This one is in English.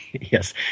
Yes